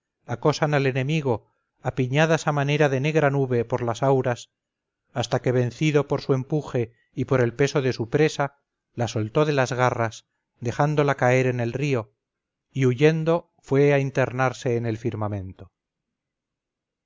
acosan al enemigo apiñadas a manera de negra nube por las auras hasta que vencido por su empuje y por el peso de su presa la soltó de las garras dejándola caer en el río y huyendo fue a internarse en el firmamento